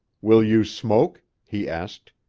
will you smoke? he asked,